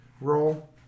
roll